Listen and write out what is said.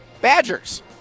Badgers